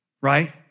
right